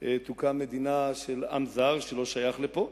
תוקם מדינה של עם זר שלא שייך לפה,